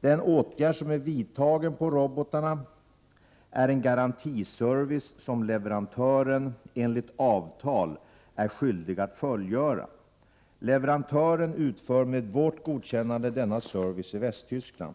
Den åtgärd som är vidtagen på robotarna är en garantiservice som leverantören, enligt avtal, är skyldig att fullgöra. Leverantören utför med vårt godkännande denna service i Västtyskland.